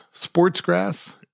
Sportsgrass